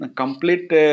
complete